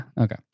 Okay